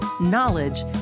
knowledge